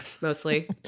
mostly